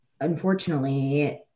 unfortunately